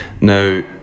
Now